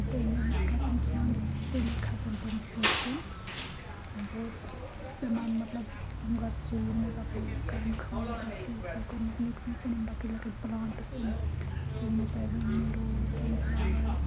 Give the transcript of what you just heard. ییٚلہِ محنت کَرِ اِنسان تیٚلی کھَسَن تِم ہیٚور کُن بہٕ ٲسٕس تِمَن مطلب گۄڈٕ ژوٗر مےٚ تَپٲرۍ کٔرم خٲنۍ تَتھ سٲرسٕے کوٚرمُت نیُک نیُک أنِم لَکٕٹۍ لَکٕٹۍ پٕلانٛٹٕس یِم یِم مےٚ تۄہہِ ؤنہِ روز سَن فٕلاوَر